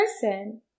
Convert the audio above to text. person